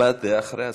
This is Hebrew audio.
הבעת דעה אחרי ההצבעה.